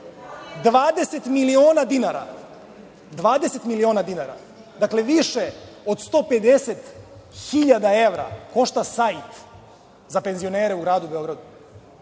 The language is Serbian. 20 miliona dinara, dakle, više od 150.000 evra košta sajt za penzionere u gradu Beogradu.